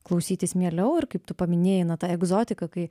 klausytis mieliau ir kaip tu paminėjai na ta egzotika kai